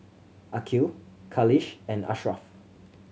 Aqil Khalish and Ashraff